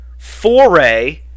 foray